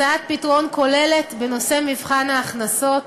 הצעת פתרון כוללת בנושא מבחן ההכנסות